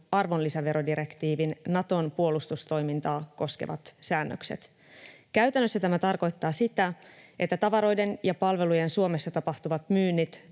arvonlisäverodirektiivin Naton puolustustoimintaa koskevat säännökset. Käytännössä tämä tarkoittaa sitä, että tavaroiden ja palvelujen Suomessa tapahtuvat myynnit